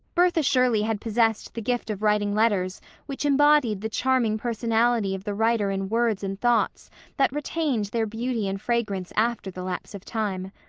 bertha shirley had possessed the gift of writing letters which embodied the charming personality of the writer in words and thoughts that retained their beauty and fragrance after the lapse of time.